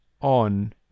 on